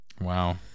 wow